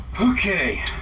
Okay